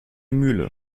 mühle